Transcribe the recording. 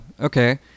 Okay